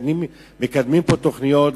ומקדמים פה תוכניות,